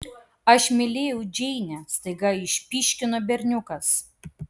aš mylėjau džeinę staiga išpyškino berniukas